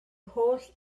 holl